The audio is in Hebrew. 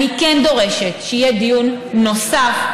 אני כן דורשת שיהיה דיון נוסף,